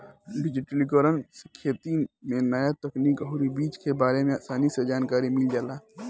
डिजिटलीकरण से खेती में न्या तकनीक अउरी बीज के बारे में आसानी से जानकारी मिल जाता